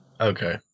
okay